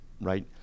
right